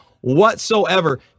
whatsoever